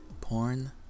porn